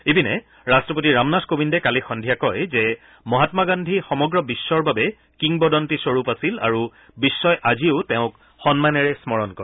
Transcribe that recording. ইপিনে ৰাট্টপতি ৰামনাথ কোবিন্দে কালি সদ্ধিয়া কয় যে মহাম্মা গান্ধী সমগ্ৰ বিশ্বৰ বাবে কিংবদন্তী স্বৰূপ আছিল আৰু বিশ্বই আজিও তেওঁক সন্মানেৰে স্মৰণ কৰে